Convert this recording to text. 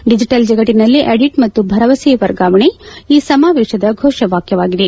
digital ಜಗತ್ತಿನಲ್ಲಿ audit ಮತ್ತು ಭರವಸೆ ವರ್ಗಾವಣೆ ಈ ಸಮಾವೇಶದ ಘೋಷವಾಖ್ಯವಾಗಿದೆ